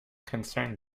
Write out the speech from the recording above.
concern